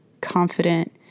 confident